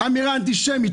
אמירה אנטישמית,